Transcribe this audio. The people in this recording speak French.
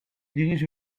dirige